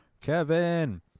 Kevin